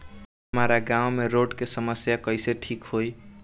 हमारा गाँव मे रोड के समस्या कइसे ठीक होई?